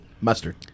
Mustard